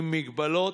עם מגבלות,